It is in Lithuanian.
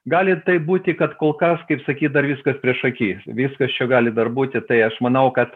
gali taip būti kad kol kas kaip sakyt dar viskas priešaky viskas čia gali dar būti tai aš manau kad